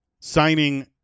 signing